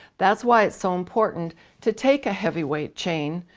that's why it's so important to take a heavyweight chain,